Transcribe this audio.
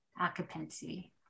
occupancy